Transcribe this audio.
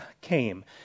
came